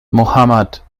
mohammad